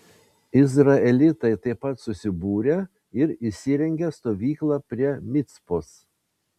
izraelitai taip pat susibūrė ir įsirengė stovyklą prie micpos